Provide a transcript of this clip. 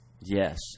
Yes